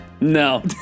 no